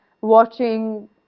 watching